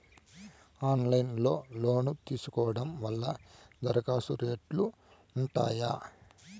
Online లో loan తీసుకోవడం వల్ల దరఖాస్తు రేట్లు ఉంటాయా?